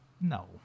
No